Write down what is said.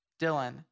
Dylan